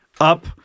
up